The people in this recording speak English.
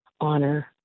honor